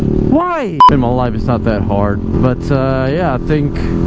why? but my life it's not that hard but yeah i think